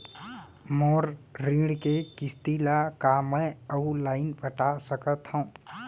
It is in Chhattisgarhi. मोर ऋण के किसती ला का मैं अऊ लाइन पटा सकत हव?